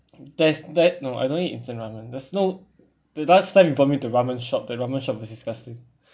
that's that no I don't eat instant ramen there's no the last time you call me to ramen shop the ramen shop is disgusting